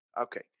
Okay